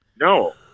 No